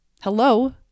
Hello